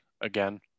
again